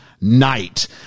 night